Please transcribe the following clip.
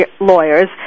lawyers